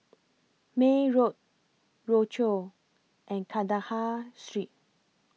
May Road Rochor and Kandahar Street